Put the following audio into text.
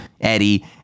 Eddie